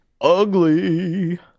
Ugly